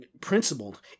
principled